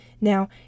Now